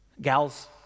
Gals